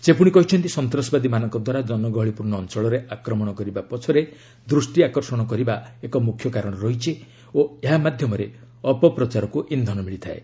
ସେ ପୁଣି କହିଛନ୍ତି ସନ୍ତାସବାଦୀମାନଙ୍କ ଦ୍ୱାରା ଜନଗହଳିପୂର୍ଣ୍ଣ ଅଞ୍ଚଳରେ ଆକ୍ରମଣ କରିବା ପଛରେ ଦୃଷ୍ଟି ଆକର୍ଷଣ କରିବା ଏକ ମୁଖ୍ୟକାରଣ ରହିଛି ଓ ଏହା ମାଧ୍ୟମରେ ଅପପ୍ରଚାରକୁ ଇନ୍ଧନ ମିଳିଥାଏ